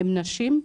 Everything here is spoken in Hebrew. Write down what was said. הן נשים,